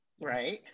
right